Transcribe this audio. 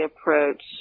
approach